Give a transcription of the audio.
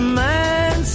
man